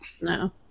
No